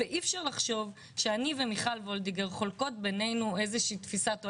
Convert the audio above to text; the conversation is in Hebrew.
ואי אפשר לחשוב שאני ומיכל וולדיגר חולקות את אותה תפיסת עולם,